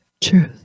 truth